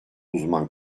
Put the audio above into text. uzman